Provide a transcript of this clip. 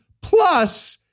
plus